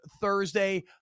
Thursday